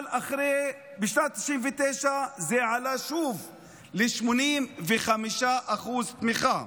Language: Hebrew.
אבל בשנת 1999 זה עלה שוב ל-85% תמיכה.